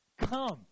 come